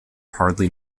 hardly